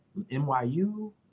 NYU